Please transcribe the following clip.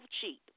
cheap